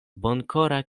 bonkora